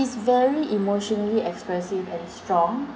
is very emotionally expressive and strong